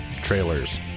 Trailers